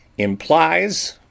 implies